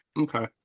Okay